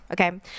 okay